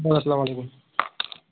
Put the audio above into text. السلام علیکم